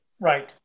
right